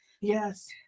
yes